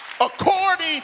according